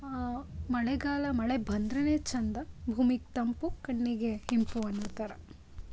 ಮಳೆಗಾಲ ಮಳೆ ಬಂದ್ರೇ ಚಂದ ಭೂಮಿಗೆ ತಂಪು ಕಣ್ಣಿಗೆ ಇಂಪು ಅನ್ನೋ ಥರ